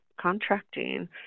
contracting